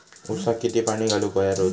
ऊसाक किती पाणी घालूक व्हया रोज?